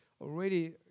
Already